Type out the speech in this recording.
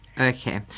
Okay